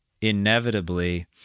inevitably